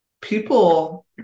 people